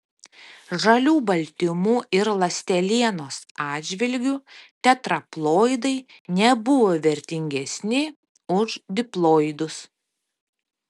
žalių baltymų ir ląstelienos atžvilgiu tetraploidai nebuvo vertingesni už diploidus